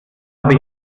habe